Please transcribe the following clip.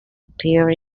appear